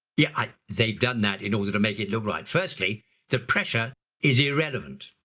yeah, they've done that in order to make it look right. firstly the pressure is irrelevant.